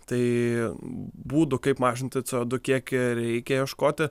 tai būdų kaip mažinti cė o du kiekį reikia ieškoti